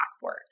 passport